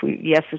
yes